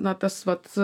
na tas vat